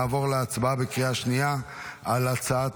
נעבור להצבעה בקריאה שנייה על הצעת